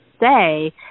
say